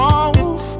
off